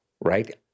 Right